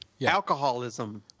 alcoholism